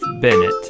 Bennett